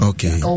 Okay